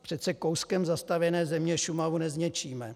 Přece kouskem zastavěné země Šumavu nezničíme?